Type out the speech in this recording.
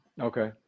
okay